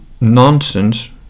nonsense